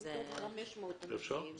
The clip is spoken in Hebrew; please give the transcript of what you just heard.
אפשר?